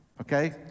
okay